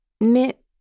mais